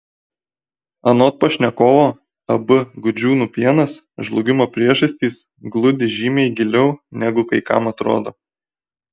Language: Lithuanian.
anot pašnekovo ab gudžiūnų pienas žlugimo priežastys glūdi žymiai giliau negu kai kam atrodo